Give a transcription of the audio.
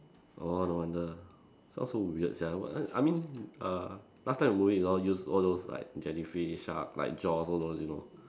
oh no wonder sound so weird sia but then I mean err last time the movie all used all those like jellyfish sharks like jaws all those you know